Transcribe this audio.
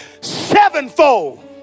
sevenfold